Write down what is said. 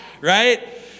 right